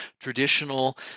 traditional